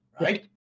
Right